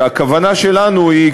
הכוונה שלנו היא,